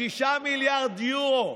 6 מיליארד יורו.